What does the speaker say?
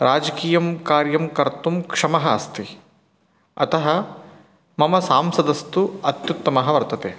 राजकीयं कार्यं कर्तुं क्षमः अस्ति अतः मम सांसदस्तु अत्युत्तमः वर्तते